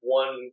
one